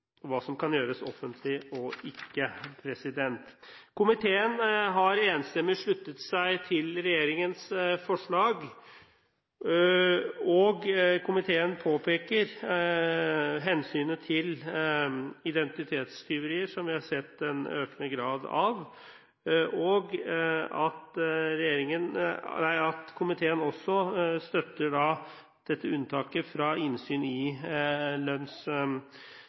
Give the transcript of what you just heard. hva som kan gjøres offentlig og ikke. Komiteen har enstemmig sluttet seg til regjeringens forslag. Komiteen påpeker hensynet til identitetstyverier, som vi har sett en økende grad av, og komiteen støtter også unntaket fra innsyn i